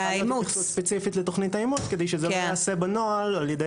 התייחסות ספציפית לתוכנית האימוץ כדי שזה לא ייעשה בנוהל על ידי